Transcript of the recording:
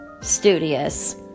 studious